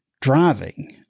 driving